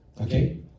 Okay